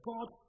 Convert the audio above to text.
God